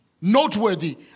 noteworthy